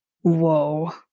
Whoa